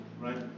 right